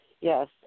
Yes